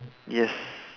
yes